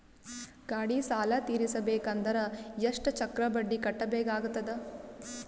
ಗಾಡಿ ಸಾಲ ತಿರಸಬೇಕಂದರ ಎಷ್ಟ ಚಕ್ರ ಬಡ್ಡಿ ಕಟ್ಟಬೇಕಾಗತದ?